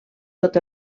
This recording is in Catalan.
tot